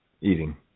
eating